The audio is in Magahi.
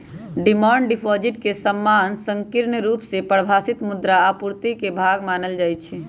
डिमांड डिपॉजिट के सामान्य संकीर्ण रुप से परिभाषित मुद्रा आपूर्ति के भाग मानल जाइ छै